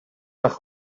nach